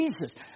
Jesus